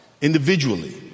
individually